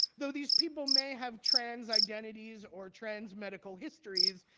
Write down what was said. though these people may have trans identities or trans medical histories,